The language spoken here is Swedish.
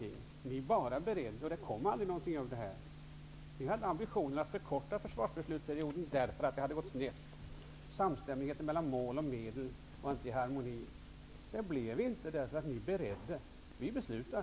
Ni genomförde bara beredningar och kom aldrig fram till något. Vi hade ambitionen att förkorta försvarbeslutsperioden därför att något hade gått snett. Det skulle vara harmoni och samstämmighet mellan mål och medel. Det blev inte så eftersom ni bara genomförde beredningar. Vi beslutar.